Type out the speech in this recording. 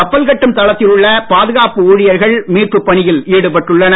கப்பல் கட்டும் தளத்தில் உள்ள பாதுகாப்பு ஊழியர்கள் மீட்பு பணிகளில் ஈடுபட்டுள்ளனர்